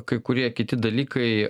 kai kurie kiti dalykai